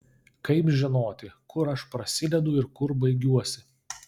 kaip žinoti kur aš prasidedu ir kur baigiuosi